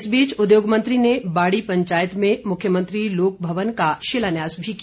इस बीच उद्योग मंत्री ने बाड़ी पंचायत में मुख्यमंत्री लोक भवन का शिलान्यास भी किया